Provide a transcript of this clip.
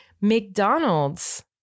McDonald's